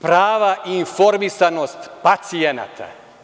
Prava i informisanost pacijenata.